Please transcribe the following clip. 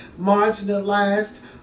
marginalized